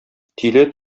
тиле